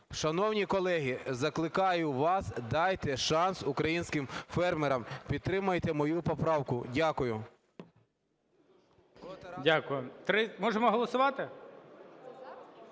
Шановні колеги, закликаю вас, дайте шанс українським фермерам. Підтримайте мою поправку. Дякую.